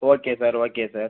okay sir okay sir